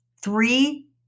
three